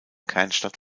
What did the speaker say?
kernstadt